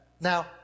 Now